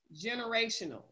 generational